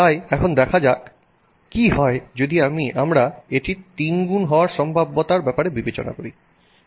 তাই এখন দেখা যাক কি হয় যদি আমরা এটির তিনগুণ হওয়ার সম্ভাব্যতার ব্যাপারে বিবেচনা করি